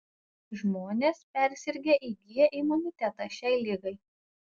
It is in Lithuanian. žmonės persirgę įgyja imunitetą šiai ligai